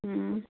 હં